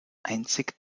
einzig